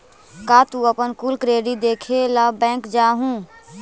का तू अपन कुल क्रेडिट देखे ला बैंक जा हूँ?